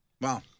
Wow